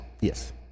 yes